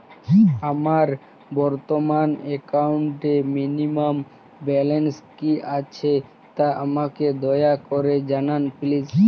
আমার বর্তমান একাউন্টে মিনিমাম ব্যালেন্স কী আছে তা আমাকে দয়া করে জানান প্লিজ